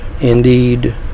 indeed